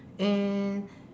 and